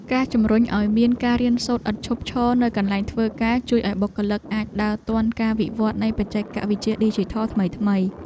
ការជំរុញឱ្យមានការរៀនសូត្រឥតឈប់ឈរនៅកន្លែងធ្វើការ ជួយឱ្យបុគ្គលិកអាចដើរទាន់ការវិវត្តនៃបច្ចេកវិទ្យាឌីជីថលថ្មីៗ។